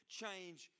change